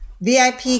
VIP